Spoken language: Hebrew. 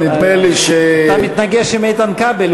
אתה מתנגש עם איתן כבל.